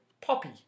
poppy